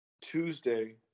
Tuesday